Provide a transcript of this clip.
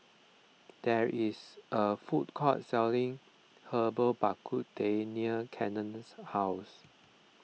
there is a food court selling Herbal Bak Ku Teh Cannon's house